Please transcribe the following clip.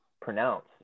pronounce